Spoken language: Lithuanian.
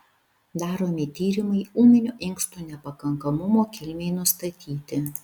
daromi tyrimai ūminio inkstų nepakankamumo kilmei nustatyti